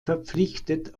verpflichtet